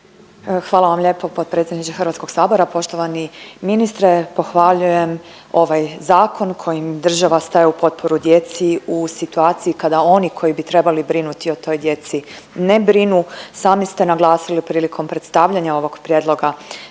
Hvala vam lijepo potpredsjedniče Hrvatskog sabora. Poštovani ministre pohvaljujem ovaj zakon kojim država staje u potporu djeci u situaciji kada oni koji bi trebali brinuti o toj djeci, ne brinu. Sami ste naglasili prilikom predstavljanja ovog prijedloga